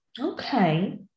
okay